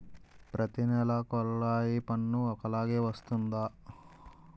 ప్రతి నెల కొల్లాయి పన్ను ఒకలాగే వస్తుందా?